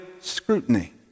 scrutiny